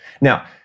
Now